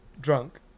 drunk